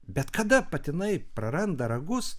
bet kada patinai praranda ragus